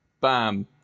bam